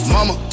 Mama